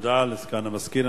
תודה לסגן המזכיר.